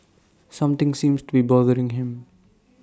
something seems to be bothering him